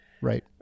Right